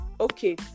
okay